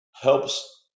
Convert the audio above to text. helps